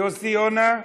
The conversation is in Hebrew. יוסי יונה,